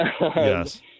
yes